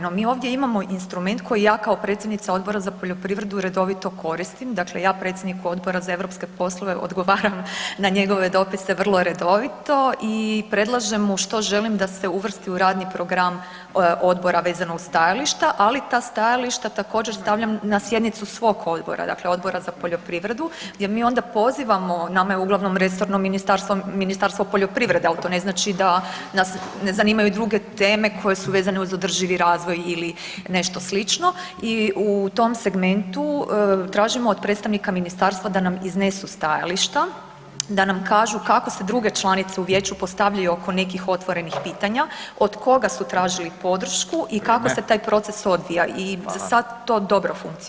No mi ovdje imamo instrument koji ja kao predsjednica odbora za poljoprivredu redovito koristim, dakle ja, predsjednik Odbora za europske poslove odgovaram na njegove dopise vrlo redovito i predlažem mu što želim da se uvrsti u radni program Odbora vezano uz stajališta, ali ta stajališta također, stavljam na sjednicu svog odbora, dakle Odbora za poljoprivredu gdje mi onda pozivamo, nama je uglavnom resorno ministarstvo, Ministarstvo poljoprivrede, ali to ne znači da nas ne zanimaju druge teme koje su vezane uz održivi razvoj ili nešto slično i u tom segmentu tražimo od predstavnika ministarstva da nam iznesu stajališta, da nam kažu kako se druge članice u Vijeću postavljaju oko nekih otvorenih pitanja, od koga su tražili podršku i [[Upadica: Vrijeme.]] kako se taj proces odvija i za [[Upadica: Hvala.]] sad to dobro funkcionira.